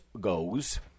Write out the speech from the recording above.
goes